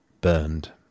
burned